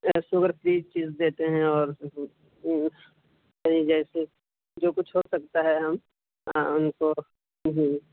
sugar free چیز دیتے ہیں اور بہت ساری جیسے جو کچھ ہو سکتا ہے ہم ان کو جی